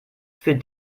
für